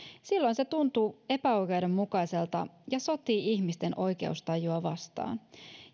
silloin se tuntuu epäoikeudenmukaiselta ja sotii ihmisten oikeustajua vastaan